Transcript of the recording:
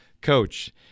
coach